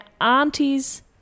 auntie's